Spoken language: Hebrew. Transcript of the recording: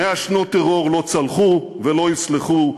100 שנות טרור לא צלחו ולא יצלחו,